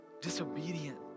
disobedient